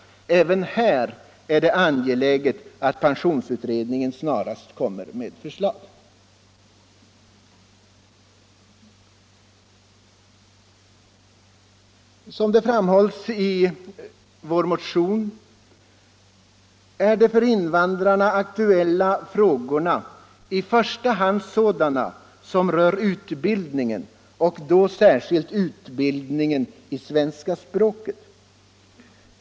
Även här är det angeläget att pensionsutredningen snarast kommer med ett förslag. Som framhålls i vår motion är de för invandrarna aktuella frågorna i första hand sådana som rör utbildningen och då särskilt utbildningen i svenska språket.